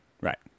Right